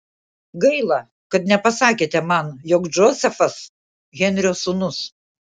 gaila kad nepasakėte man jog džozefas henrio sūnus